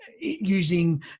using